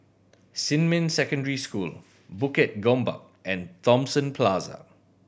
Xinmin Secondary School Bukit Gombak and Thomson Plaza